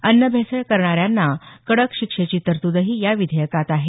अन्न भेसळ करणाऱ्यांना कडक शिक्षेची तरतूदही या विधेयकात आहे